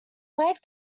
like